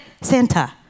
Santa